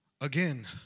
Again